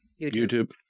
YouTube